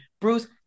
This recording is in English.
Bruce